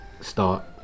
start